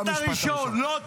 במשפט הראשון --- לא,